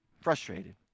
frustrated